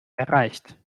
erreicht